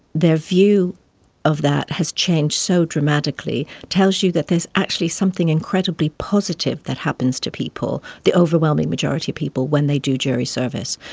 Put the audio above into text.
their view of that has changed so dramatically, tells you that there's actually something incredibly positive that happens to people, the overwhelming majority of people, when they do jury service.